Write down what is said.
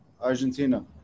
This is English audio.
Argentina